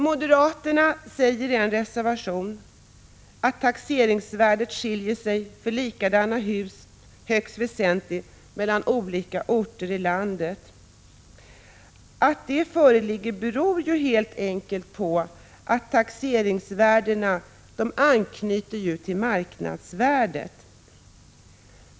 Moderaterna säger i en reservation att taxeringsvärdet skiljer sig för likadana hus högst väsentligt mellan olika orter i landet. Det beror helt enkelt på att taxeringsvärdena anknyter till marknadsvärdet.